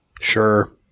Sure